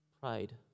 pride